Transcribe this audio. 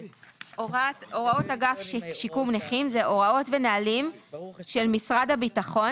"הוראת אגף שיקום נכים" הוראות ונהלים של משרד הביטחון